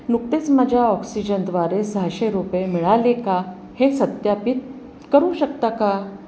नुकतेच माझ्या ऑक्सिजनद्वारे सहाशे रुपये मिळाले का हे सत्यापित करू शकता का